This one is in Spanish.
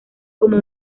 como